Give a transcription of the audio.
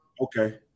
Okay